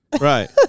Right